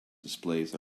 displays